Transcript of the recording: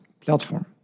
platform